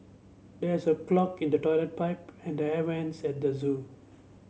there is a clog in the toilet pipe and the air vents at the zoo